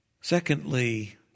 Secondly